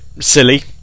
silly